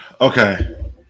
Okay